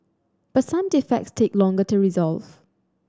but some defects take longer to resolve